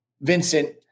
Vincent